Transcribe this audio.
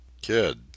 Kid